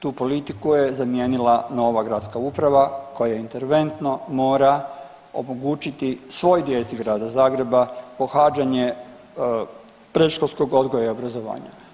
Tu politiku je zamijenila nova gradska uprava koja interventno mora omogućiti svoj djeci Grada Zagreba pohađanje predškolskog odgoja i obrazovanja.